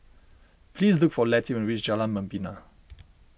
please look for Letty when you reach Jalan Membina